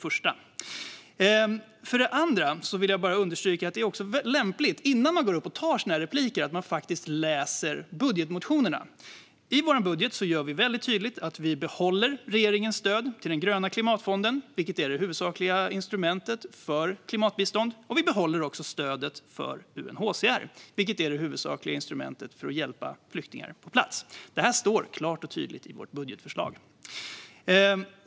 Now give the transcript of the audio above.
För det andra vill jag understryka att det är lämpligt att man innan man går upp och tar replik faktiskt läser budgetmotionerna. I vår budget gör vi väldigt tydligt att vi behåller regeringens stöd till den gröna klimatfonden, vilket är det huvudsakliga instrumentet för klimatbistånd. Vi behåller också stödet för UNHCR, vilket är det huvudsakliga instrumentet för att hjälpa flyktingar på plats. Det står klart och tydligt i vårt budgetförslag.